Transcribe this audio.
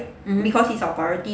mmhmm